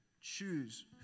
choose